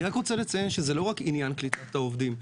אני רק רוצה לציין שזה לא רק עניין קליטת העובדים.